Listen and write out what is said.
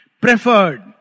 preferred